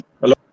Hello